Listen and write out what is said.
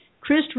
Chris